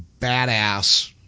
badass